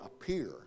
appear